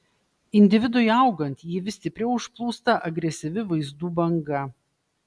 individui augant jį vis stipriau užplūsta agresyvi vaizdų banga